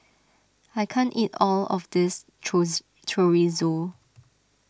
I can't eat all of this Chorizo